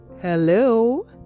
Hello